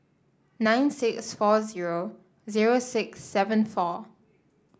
nine six four zero zero six seven four